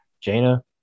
Jana